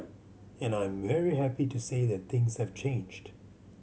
and I'm very happy to say that things have changed